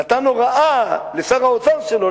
נתן הוראה לשר האוצר שלו,